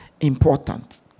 Important